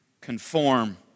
conform